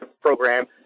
program